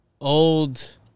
Old